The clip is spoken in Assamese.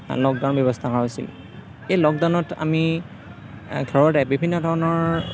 লকডাউন ব্যৱস্থা কৰা হৈছিল এই লকডাউনত আমি ঘৰতে বিভিন্ন ধৰণৰ